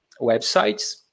websites